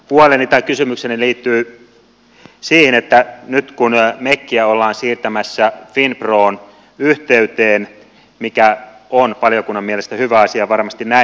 huoleni tai kysymykseni liittyy siihen että nyt mekiä ollaan siirtämässä finpron yhteyteen mikä on valiokunnan mielestä hyvä asia varmasti näin